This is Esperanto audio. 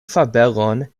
fabelon